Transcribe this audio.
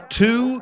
two